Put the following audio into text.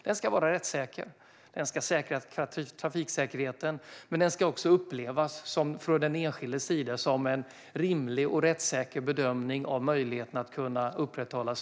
Den ska vara rättssäker, trygga trafiksäkerheten och från den enskildes sida uppfattas som en rimlig och rättssäker bedömning av att körförmågan upprätthålls.